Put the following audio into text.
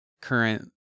current